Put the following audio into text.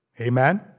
Amen